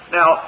Now